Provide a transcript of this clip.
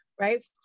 right